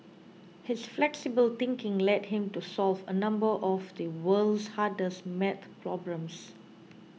his flexible thinking led him to solve a number of the world's hardest maths problems